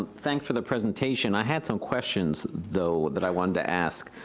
ah thanks for the presentation. i had some questions, though, that i wanted to ask.